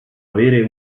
avere